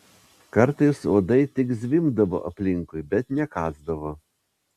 kartais uodai tik zvimbdavo aplinkui bet nekąsdavo